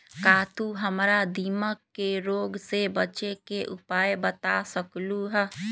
का तू हमरा दीमक के रोग से बचे के उपाय बता सकलु ह?